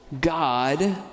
God